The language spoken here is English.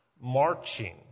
marching